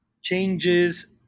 changes